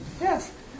Yes